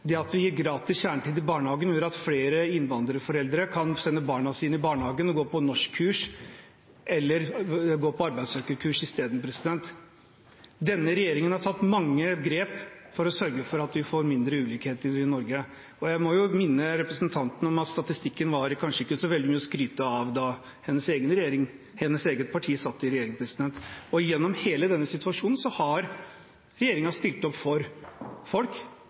Det at vi gir gratis kjernetid i barnehagen, gjør at flere innvandrerforeldre kan sende barna sine i barnehagen og gå på norskkurs eller arbeidssøkerkurs i stedet. Denne regjeringen har tatt mange grep for å sørge for at vi får mindre ulikhet i Norge. Og jeg må minne representanten om at statistikken kanskje ikke var så veldig mye å skryte av da hennes eget parti satt i regjering. Gjennom hele denne situasjonen har regjeringen stilt opp for folk,